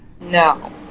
No